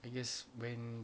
I guess when